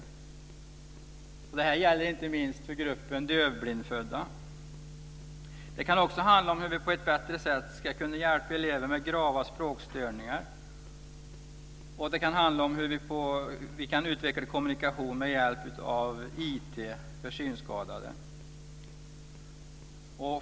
Detta gäller inte minst för gruppen dövblindfödda. Det kan också handla om hur vi på ett bättre sätt ska kunna hjälpa elever med grava språkstörningar, och det kan handla om hur vi kan utveckla kommunikation med hjälp av IT för synskadade.